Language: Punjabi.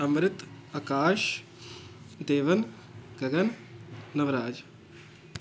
ਅੰਮ੍ਰਿਤ ਆਕਾਸ਼ ਦੇਵਨ ਗਗਨ ਨਵਰਾਜ